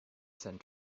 sent